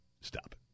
Stop